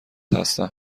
هستم